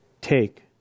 Take